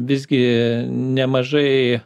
visgi nemažai